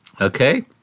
Okay